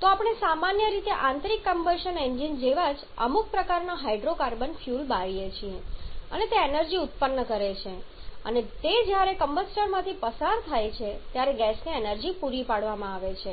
તો આપણે સામાન્ય રીતે આંતરિક કમ્બશન એન્જિન જેવા જ અમુક પ્રકારના હાઇડ્રોકાર્બન ફ્યુઅલ બાળીએ છીએ અને તે એનર્જી ઉત્પન્ન કરે છે અને તે જ્યારે તે કમ્બસ્ટરમાંથી પસાર થાય છે ત્યારે ગેસને એનર્જી પૂરી પાડવામાં આવે છે